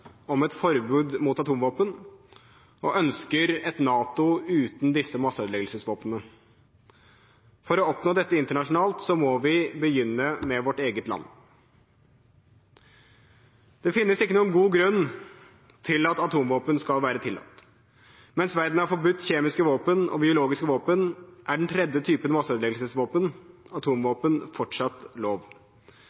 om et forbud mot atomvåpen og ønsker et NATO uten disse masseødeleggelsesvåpnene. For å oppnå dette internasjonalt må vi begynne med vårt eget land. Det finnes ikke noen god grunn til at atomvåpen skal være tillatt. Mens verden har forbudt kjemiske våpen og biologiske våpen, er den tredje typen masseødeleggelsesvåpen,